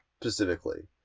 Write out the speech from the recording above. Specifically